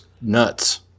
nuts